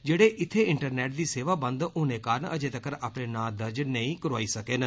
जेह्डे इत्थे इंटरनेट दी सेवा बंद होने कारण अजें तगर अपने नां दर्ज नेई करोआई सके न